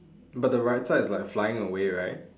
but the right side is like flying away right